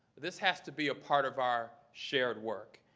this has to be a part of our shared work.